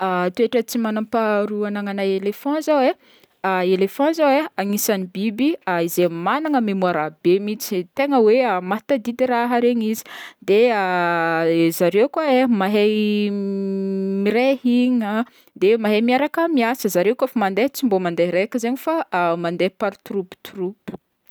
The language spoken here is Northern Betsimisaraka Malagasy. Toetra tsy manam-paharoa agnanana elephant zao e, elephant zao anisan'ny biby zay magnana mémoire be mihintsy e, tegna hoe mahatadidy raha regny izy, de zareo ko e mahay miray hina de mahay miaraka miasa, zareo kaofa mandeha tsy mbô mandeha araiky fa mandeha par troupe troupe.